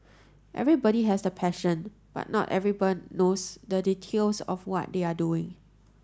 everybody has the passion but not everyone knows the details of what they are doing